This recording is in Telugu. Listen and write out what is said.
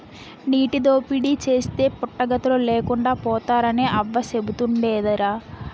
నీటి దోపిడీ చేస్తే పుట్టగతులు లేకుండా పోతారని అవ్వ సెబుతుండేదిరా